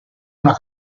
una